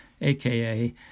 aka